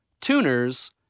tuners